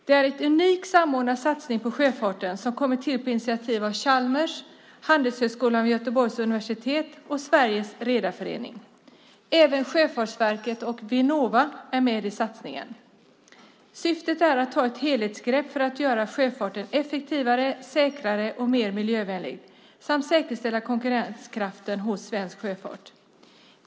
Det är en unik samordnad satsning på sjöfarten som kommit till på initiativ av Chalmers, Handelshögskolan vid Göteborgs universitet och Sveriges Redareförening. Även Sjöfartsverket och Vinnova är med i satsningen. Syftet är att ta ett helhetsgrepp för att göra sjöfarten effektivare, säkrare och mer miljövänlig samt säkerställa konkurrenskraften hos svensk sjöfart.